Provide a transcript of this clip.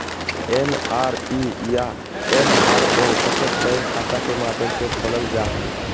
NRE या NRO बचत bank खाता के माध्यम से खोलल जा हइ